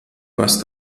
was